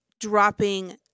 dropping